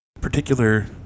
particular